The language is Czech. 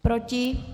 Proti?